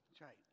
right